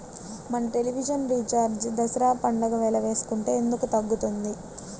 మన television recharge Dasara పండగ వేళ వేసుకుంటే ఎందుకు తగ్గుతుంది?